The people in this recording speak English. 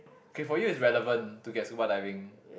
okay for you is relevant to get scuba diving